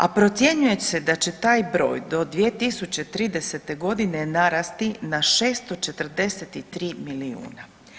A procjenjuje se da će taj broj do 2030. godine narasti na 643 milijuna.